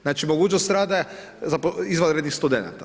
Znači mogućnost rada izvanrednih studenata.